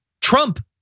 Trump